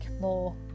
more